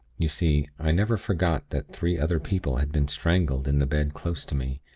you see, i never forgot that three other people had been strangled in the bed close to me,